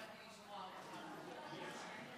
אמרתי שלא, אני הבנתי,